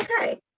okay